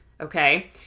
okay